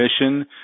mission